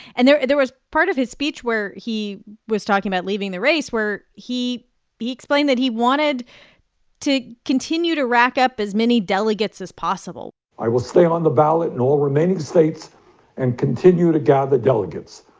and there there was part of his speech where he was talking about leaving the race, where he explained that he wanted to continue to rack up as many delegates as possible i will stay on the ballot in all remaining states and continue to gather delegates.